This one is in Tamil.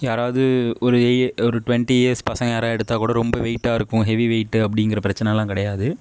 யாராவது ஒரு ஒரு ட்வென்ட்டி இயர்ஸ் பசங்கள் யாராவது எடுத்தால் கூட ரொம்ப வெயிட்டாக இருக்கும் ஹெவி வெயிட்டு அப்படிங்கிற பிரச்சனைலாம் கிடையாது